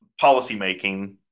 policymaking